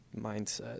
mindset